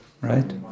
right